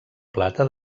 plata